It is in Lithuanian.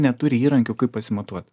neturi įrankių kaip pasimatuot